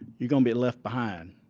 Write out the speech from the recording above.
you'll um be left behind.